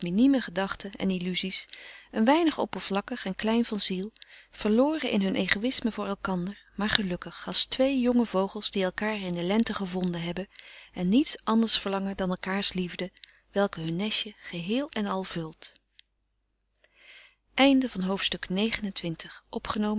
minime gedachten en illuzies een weinig oppervlakkig en klein van ziel verloren in hun egoïsme voor elkander maar gelukkig als twee jonge vogels die elkander in de lente gevonden hebben en niets anders verlangen dan elkaârs liefde welke hun nestje geheel en al vult hoofdstuk